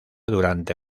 durante